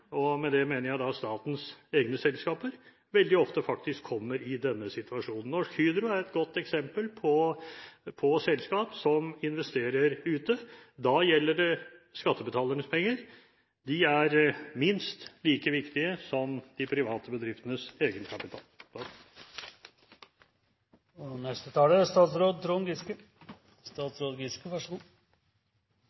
og med det mener jeg statens egne selskaper, veldig ofte faktisk kommer i denne situasjonen. Norsk Hydro er et godt eksempel på selskap som investerer ute. Da gjelder det skattebetalernes penger. De er minst like viktige som de private bedriftenes egenkapital. Hvis dette hadde vært enkelt, hadde det vært enkelt. Men dette er